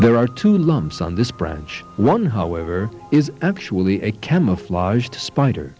there are two lumps on this branch one however is actually a camouflaged spider